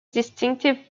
distinctive